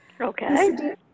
Okay